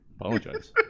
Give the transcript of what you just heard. apologize